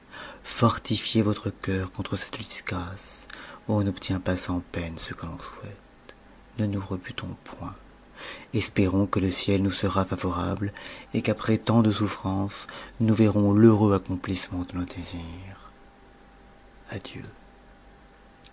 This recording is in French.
fortifiez votre cœur contre cette disgrâce on n'obtient pas sans peine ce que l'on souhaite ne nous rebutons point espérons que le ciel nous sera iavoabie et qu'après tant de souffrances nous verrons l'heureux accomplissement de nos désirs adieu